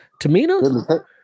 Tamina